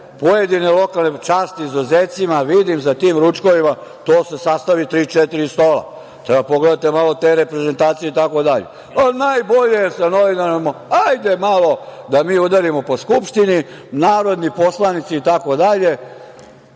pojedine lokalne, čast izuzecima, vidim za tim ručkovima, to se sastave tri-četiri stola. Treba da pogledate malo te reprezentacije itd. Najbolje je sa novinarima hajde malo da mi udarimo po Skupštini, narodni poslanici itd.